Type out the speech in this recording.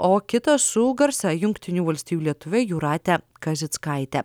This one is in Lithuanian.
o kitą su garsia jungtinių valstijų lietuve jūrate kazickaite